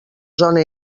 zona